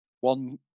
one